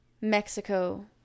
Mexico